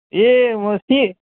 ए म त्यहीँ